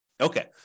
Okay